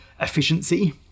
efficiency